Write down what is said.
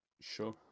sure